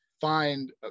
find